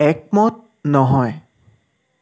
একমত নহয়